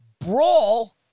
brawl